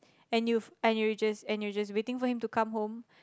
and you and you just and you just waiting for him to come home